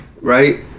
right